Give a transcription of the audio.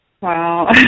Wow